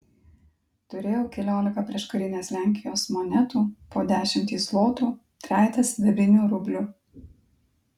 turėjau keliolika prieškarinės lenkijos monetų po dešimtį zlotų trejetą sidabrinių rublių